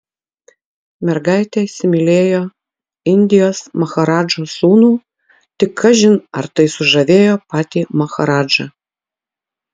mergaitė įsimylėjo indijos maharadžos sūnų tik kažin ar tai sužavėjo patį maharadžą